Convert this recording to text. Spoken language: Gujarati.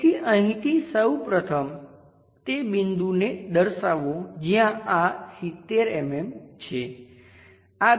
તેથી અહીંથી સૌ પ્રથમ તે બિંદુને દર્શાવો જ્યાં આ 70 mm છે